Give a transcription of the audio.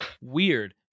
weird